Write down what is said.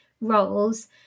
roles